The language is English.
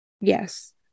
Yes